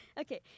Okay